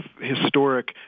historic